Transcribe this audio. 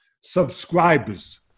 Subscribers